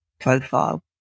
profile